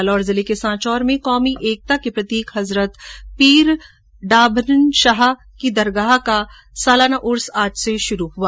जालौर जिले के सांचोर में कौमी एकता के प्रतीक हजरत पीर डाडा अबन शाह की दरगाह का सालाना उर्स आज से शुरू हुआ